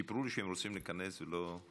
סיפרו לי שהם רוצים להיכנס והם לא,